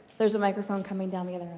there's a microphone coming down the